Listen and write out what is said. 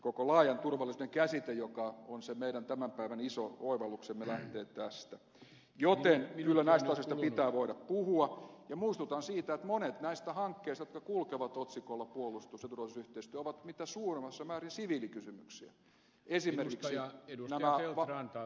koko laajan turvallisuuden käsite joka on se meidän tämän päivän iso oivalluksemme lähtee tästä joten kyllä näistä asioista pitää voida puhua ja muistutan siitä että monet näistä hankkeista jotka kulkevat otsikolla puolustus ja turvallisuusyhteistyö ovat mitä suurimmassa määrin siviilikysymyksiä esimerkiksi nämä